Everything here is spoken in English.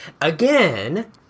Again